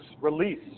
release